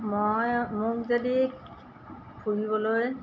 মই মোক যদি ফুৰিবলৈ